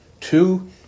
Two